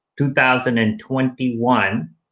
2021